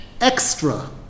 extra